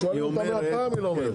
שאלנו אותה מאה פעם היא לא אומרת.